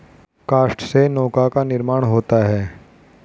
काष्ठ से नौका का निर्माण होता है